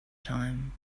time